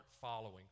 following